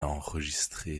enregistré